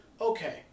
okay